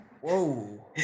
Whoa